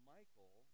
Michael